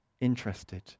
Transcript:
interested